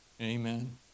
Amen